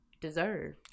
deserve